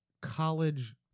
college